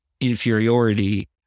inferiority